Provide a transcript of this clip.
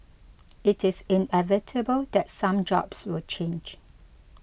it is inevitable that some jobs will change